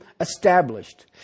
established